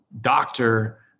doctor